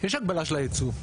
יש הגבלה של הייצוא,